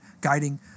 guiding